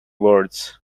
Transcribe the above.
words